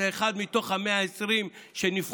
זה אחד מתוך ה-120 שנבחרו,